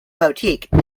boutique